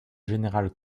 général